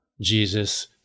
Jesus